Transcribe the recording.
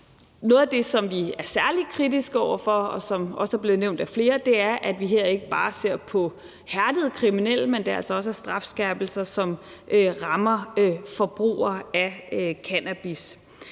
Noget af det, som vi er særlig kritiske over for, og som også er blevet nævnt af flere andre, er, at vi her ikke bare ser på hærdede kriminelle, men at det altså også er strafskærpelser, som rammer forbrugere af cannabis.